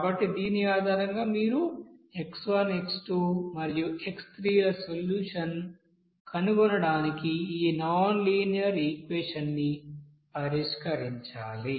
కాబట్టి దీని ఆధారంగా మీరు x1 x2 మరియు x3 ల సొల్యూషన్ కనుగొనడానికి ఈ నాన్ లీనియర్ ఈక్వెషన్ ని పరిష్కరించాలి